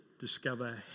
discover